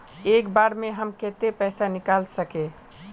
एक बार में हम केते पैसा निकल सके?